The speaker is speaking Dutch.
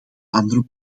andere